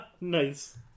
Nice